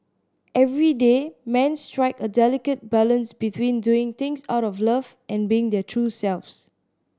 everyday men strike a delicate balance between doing things out of love and being their true selves